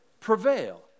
prevail